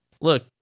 look